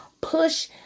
push